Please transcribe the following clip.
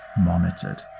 monitored